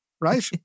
right